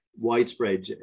widespread